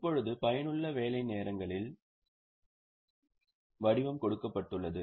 இப்போது பயனுள்ள வேலை நேரங்களின் வடிவம் கொடுக்கப்பட்டுள்ளது